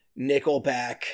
Nickelback